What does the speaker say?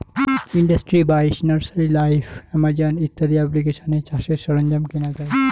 industry বাইশ, nursery live, Amazon ইত্যাদি এপ্লিকেশানে চাষের সরঞ্জাম কেনা যাই